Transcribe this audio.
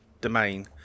domain